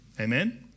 Amen